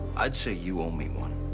i'd say you owe me one.